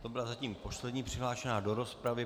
To byla zatím poslední přihláška do rozpravy.